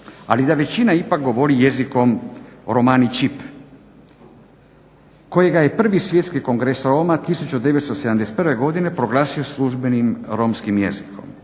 ali da većina ipak govori jezikom romani chip kojega je 1. Svjetski kongres Roma 1971. godine proglasio službenim romskim jezikom.